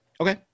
Okay